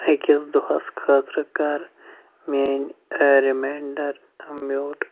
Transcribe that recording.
أکِس دۄہَس خٲطرٕ کَر میٛٲنۍ رِمینڈَر میوٗٹ